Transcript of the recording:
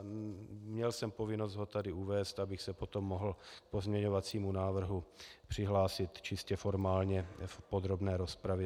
Měl jsem povinnost ho tady uvést, abych se potom mohl k pozměňovacímu návrhu přihlásit čistě formálně v podrobné rozpravě.